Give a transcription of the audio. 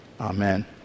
Amen